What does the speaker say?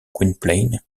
gwynplaine